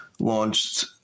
launched